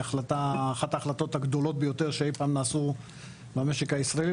אחת ההחלטות הגדולות ביותר שאי פעם נעשו במשק הישראלי,